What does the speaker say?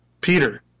Peter